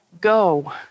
go